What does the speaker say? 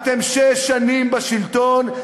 אתם שש שנים בשלטון,